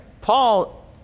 Paul